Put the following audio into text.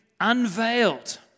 unveiled